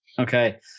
Okay